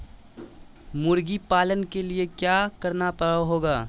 मुर्गी पालन के लिए क्या करना होगा?